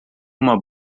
uma